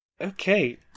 Okay